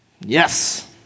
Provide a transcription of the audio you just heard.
Yes